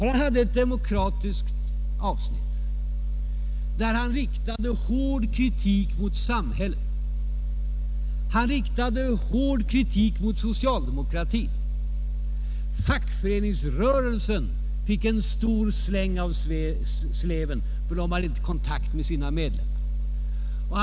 Han hade i sitt anförande ett avsnitt om demokrati, i vilket han riktade hård kritik både mot samhället och mot socialdemokratin. Fackföreningsrörelsen fick en stor släng av sleven, därför att den inte har kontakt med sina medlemmar.